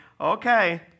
okay